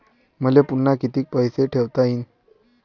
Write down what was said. मले पुन्हा कितीक पैसे ठेवता येईन?